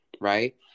right